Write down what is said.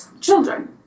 children